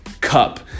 Cup